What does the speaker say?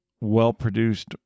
well-produced